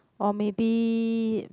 or maybe